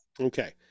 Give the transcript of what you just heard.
Okay